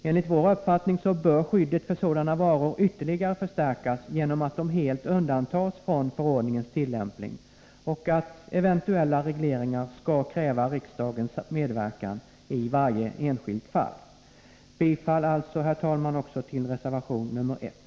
Enligt vår uppfattning bör skyddet för sådana varor ytterligare förstärkas genom att de helt undantas från förordningens tillämpning och genom att eventuella regleringar skall kräva riksdagens medverkan i varje enskilt fall. Jag yrkar, herr talman, bifall också till reservation 1.